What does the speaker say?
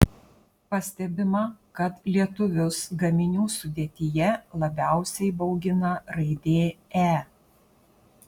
pastebima kad lietuvius gaminių sudėtyje labiausiai baugina raidė e